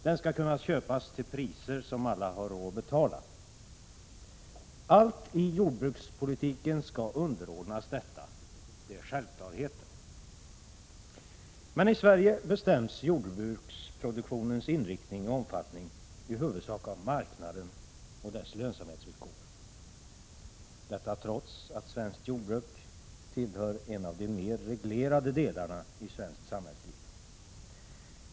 Den skall kunna köpas till priser som alla har råd att betala. Allt i jordbrukspolitiken skall underordnas detta. Det är självklarheter. Men i Sverige bestäms jordbruksproduktionens inriktning och omfattning i huvudsak av marknaden och dess lönsamhetsvillkor. Detta trots att svenskt jordbruk tillhör de mer reglerade delarna i svenskt samhällsliv.